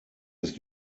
ist